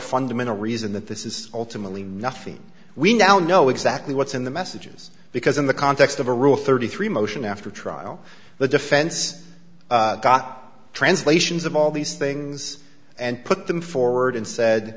fundamental reason that this is ultimately nothing we now know exactly what's in the messages because in the context of a rule thirty three motion after trial the defense got translations of all these things and put them forward and said